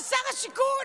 אתה שר השיכון,